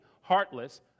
heartless